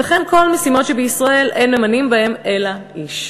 וכן "כל משימות שבישראל אין ממנים בהם אלא איש".